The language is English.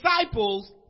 disciples